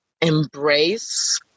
embrace